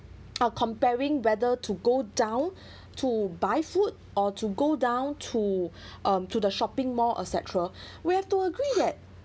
uh comparing whether to go down to buy food or to go down to um to the shopping mall etcetera we have to agree that